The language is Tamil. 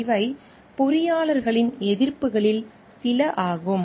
இவை பொறியாளர்களின் எதிர்பார்ப்புகளில் சிலவாகும்